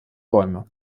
bäume